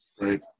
Right